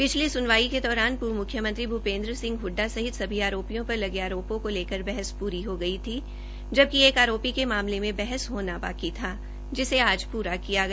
पिछली सुनवाई के दौरान पूर्व मुख्यमंत्री भूपेन्द्र सिंह हुडडा सहित सभी आरोपियों पर लगे आरोपों को लकर बहस पूरी हो गई थी जबकि एक आरोपी के मामले में बहस होना बाकी था जिसे आज पूरा किया गया